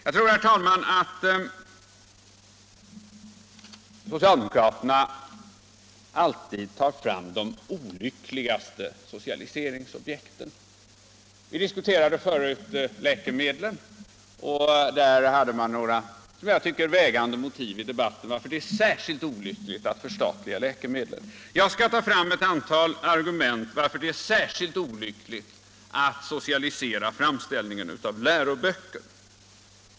Det verkar som om socialdemokraterna alltid tar fram de olyckligaste socialiseringsobjekten. Vi diskuterade för en stund sedan läkemedlen, och under den debatten framfördes några som jag tycker vägande motiv för att det är särskilt olyckligt att förstatliga läkemedlen. Jag skall här ta fram ett antal argument som visar varför det är särskilt olyckligt att socialisera framställningen av läroböcker.